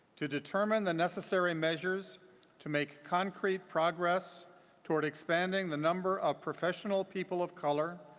to determine the necessary measures to make concrete progress toward expanding the number of professional people of color,